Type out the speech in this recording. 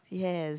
yes